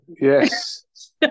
Yes